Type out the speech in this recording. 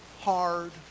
hard